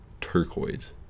turquoise